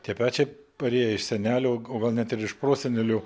tie pečiai parėję iš senelio o gal net ir iš prosenelių